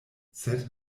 sed